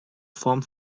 form